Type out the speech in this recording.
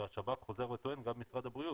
כשהשב"כ חוזר וטוען וגם משרד הבריאות